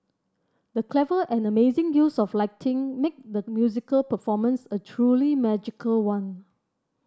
the clever and amazing use of lighting made the musical performance a truly magical one